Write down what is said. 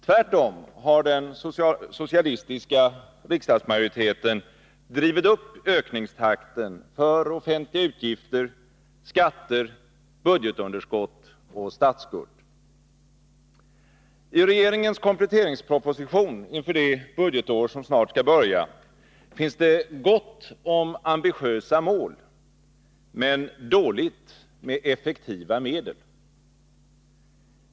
Tvärtom har den socialistiska riksdagsmajoriteten drivit upp ökningstakten för offentliga utgifter, skatter, budgetunderskott och statsskuld. I regeringens kompletteringsproposition inför det budgetår som snart skall börja finns det gott om ambitiösa mål, men dåligt med effektiva medel.